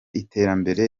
iterambere